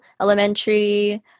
elementary